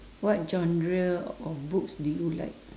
what genre of books do you like